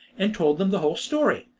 and told them the whole story.